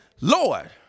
Lord